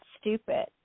stupid